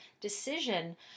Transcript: decision